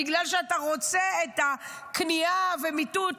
בגלל שאתה רוצה את הכניעה ואת המיטוט?